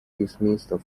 dismissed